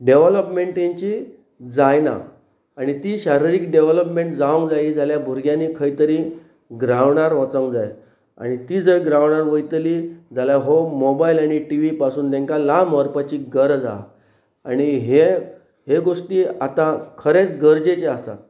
development तेंची जायना आनी ती शारिरीक डेवलपमेंट जावंक जाय जाल्यार भुरग्यांनी खंय तरी ग्रावंडार वचोंक जाय आनी ती जर ग्रावंडार वयतली जाल्यार हो मोबायल आनी टि वी पासून तांकां लांब व्हरपाची गरज आसा आनी हे हे गोश्टी आतां खरेंच गरजेचे आसात